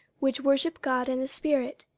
which worship god in the spirit,